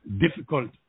difficult